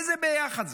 איזה ביחד זה?